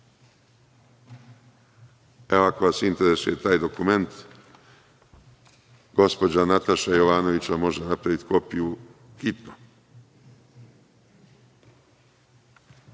Ako vas interesuje taj dokument, gospođa Nataša Jovanović vam može napraviti kopiju. Vidite